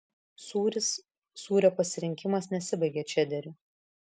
sūris sūrio pasirinkimas nesibaigia čederiu